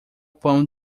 pão